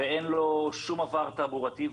ואין לו שום עבר תעבורתי.